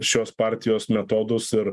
šios partijos metodus ir